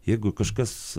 jeigu kažkas